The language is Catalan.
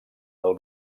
del